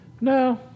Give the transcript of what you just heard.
No